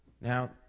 Now